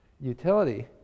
utility